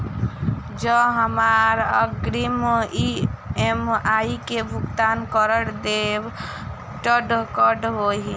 जँ हमरा अग्रिम ई.एम.आई केँ भुगतान करऽ देब तऽ कऽ होइ?